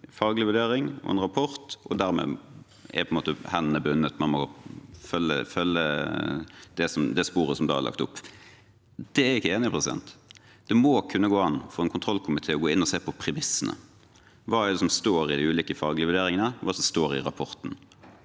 faglig vurdering og en rapport, og dermed er på en måte hendene bundet, og man må følge det sporet som da er lagt opp. Det er jeg ikke enig i. Det må kunne gå an for en kontrollkomité å gå inn og se på premissene: Hva står det i de ulike faglige vurderingene? Hva står det i rapporten?